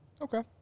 Okay